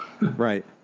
Right